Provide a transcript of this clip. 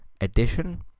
addition